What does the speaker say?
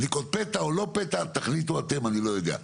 בדיקות פתע, או לא פתע, תחליטו אתם אני לא יודע.